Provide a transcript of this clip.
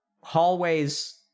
hallways